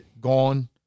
gone